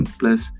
plus